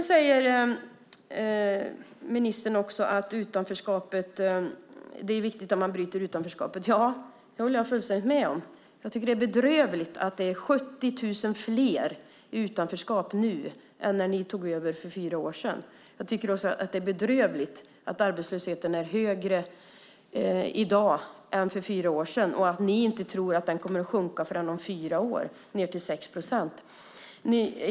Ministern säger också att det är viktigt att bryta utanförskapet. Ja, det håller jag fullständigt med om. Jag tycker att det är bedrövligt att det är 70 000 fler i utanförskap nu än när ni tog över för fyra år sedan. Jag tycker också att det är bedrövligt att arbetslösheten är högre i dag än för fyra år sedan och att ni tror att den inte kommer att sjunka ned till 6 procent förrän om fyra år.